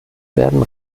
werden